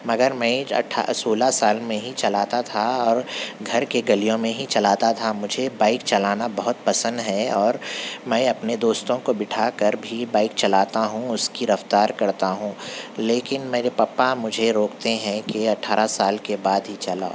مگر میں اٹھا سولہ سال میں ہی چلاتا تھا اور گھر کے گلیوں میں ہی چلاتا تھا مجھے بائیک چلانا بہت پسند ہے اور میں اپنے دوستوں کو بٹھا کر بھی بائیک چلاتا ہوں اس کی رفتار کرتا ہوں لیکن میرے پپا مجھے روکتے ہیں کہ اٹھارہ سال کے بعد ہی چلاؤ